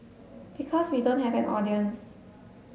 because we don't have an audience